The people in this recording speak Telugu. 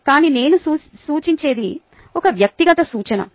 కానీ నేను సూచించేది ఇది వ్యక్తిగత సూచన